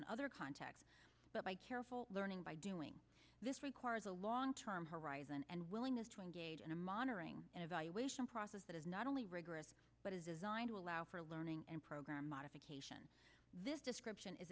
in other contexts but by careful learning by doing this requires a long term horizon and willingness to engage in a monitoring and evaluation process that is not only rigorous but is designed to allow for learning and program modification this description is